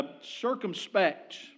circumspect